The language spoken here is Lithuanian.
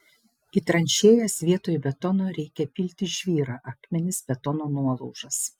į tranšėjas vietoj betono reikia pilti žvyrą akmenis betono nuolaužas